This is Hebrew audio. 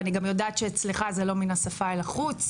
ואני גם יודעת שאצלך זה לא מן השפה אל החוץ,